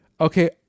okay